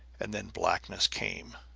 and then blackness came.